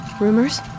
Rumors